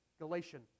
Galatian